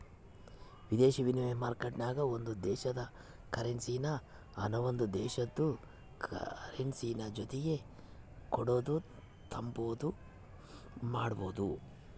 ವಿದೇಶಿ ವಿನಿಮಯ ಮಾರ್ಕೆಟ್ನಾಗ ಒಂದು ದೇಶುದ ಕರೆನ್ಸಿನಾ ಇನವಂದ್ ದೇಶುದ್ ಕರೆನ್ಸಿಯ ಜೊತಿಗೆ ಕೊಡೋದು ತಾಂಬಾದು ಮಾಡ್ಬೋದು